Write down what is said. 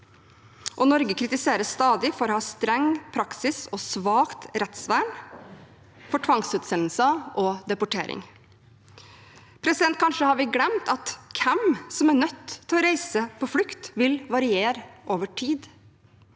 Norge kritiseres stadig for å ha en streng praksis og et svakt rettsvern og for tvangsutsendelser og deportering. Kanskje har vi glemt at hvem som er nødt til å reise på flukt, vil variere over tid.